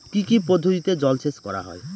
কি কি পদ্ধতিতে জলসেচ করা হয়?